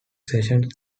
sessions